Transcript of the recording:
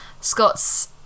Scott's